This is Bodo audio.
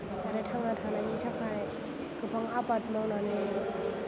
आरो थांना थानायनि थाखाय गोबां आबाद मावनानै